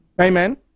Amen